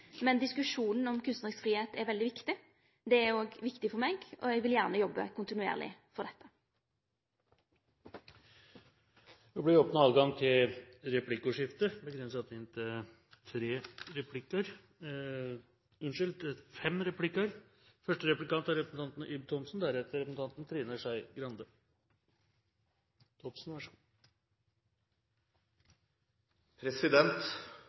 men diskusjonen om kunstnarisk fridom er veldig viktig. Det er òg viktig for meg, og eg vil gjerne jobbe kontinuerleg for dette. Det blir